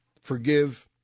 forgive